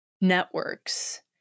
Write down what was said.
networks